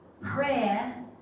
prayer